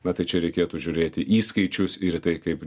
na tai čia reikėtų žiūrėti į skaičius ir tai kaip